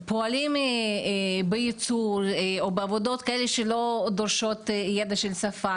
כפועלים בייצור או בעבודות שלא דורשות ידע של שפה,